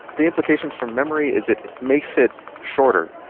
the implications for memory is it makes it shorter.